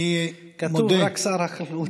כתוב רק שר החקלאות.